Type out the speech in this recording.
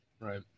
right